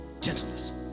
gentleness